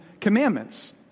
Commandments